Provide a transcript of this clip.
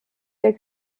der